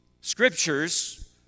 Scriptures